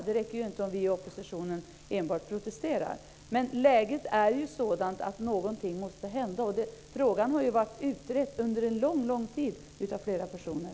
Det räcker ju inte med att vi i oppositionen enbart protesterar. Läget är ju sådant att någonting måste hända. Frågan har ju varit utredd under en lång tid av flera personer.